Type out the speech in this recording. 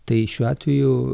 tai šiuo atveju